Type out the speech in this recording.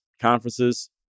conferences